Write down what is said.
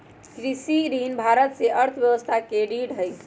कृषि ऋण भारत के अर्थव्यवस्था के रीढ़ हई